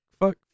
fuck